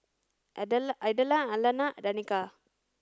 Idella Alannah Danika